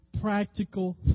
practical